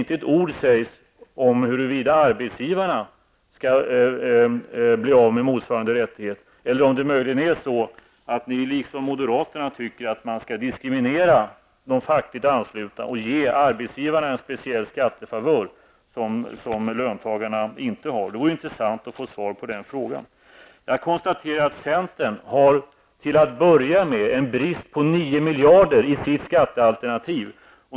Inte ett ord sägs om huruvida arbetsgivarna skall bli av med motsvarande rättighet eller om det möjligen är så att ni liksom moderaterna anser att man skall diskriminera de fackligt anslutna och ge arbetsgivarna en speciell skattefavör, som löntagarna inte har. Det vore intressant att få svar på den frågan. Jag konstaterar att centern till att börja med har en brist på 9 miljarder i sitt skattealternativ.